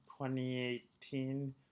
2018